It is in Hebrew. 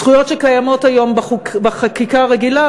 זכויות שקיימות היום בחקיקה הרגילה,